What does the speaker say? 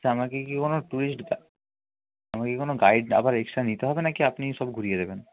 আচ্ছা আমাকে কি কোনো টুরিস্ট আমাকে কি কোনো গাইড আবার এক্সট্রা নিতে হবে নাকি আপনিই সব ঘুরিয়ে দেবেন